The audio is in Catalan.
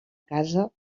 casa